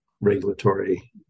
regulatory